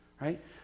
right